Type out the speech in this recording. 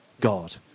God